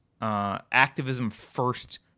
activism-first